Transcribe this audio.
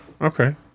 Okay